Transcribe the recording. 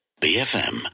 BFM